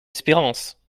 espérance